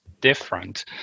different